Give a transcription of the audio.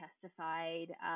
testified